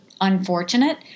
unfortunate